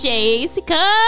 Jessica